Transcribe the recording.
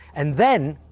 and then,